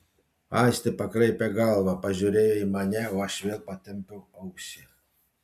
aistė pakraipė galvą pažiūrėjo į mane o aš vėl patempiau ausį